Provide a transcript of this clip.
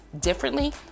differently